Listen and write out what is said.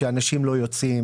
שאנשים לא יוצאים.